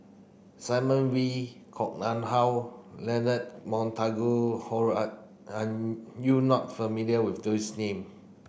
Simon Wee Koh Nguang How Leonard Montague Harrod are you not familiar with those name